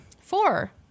Four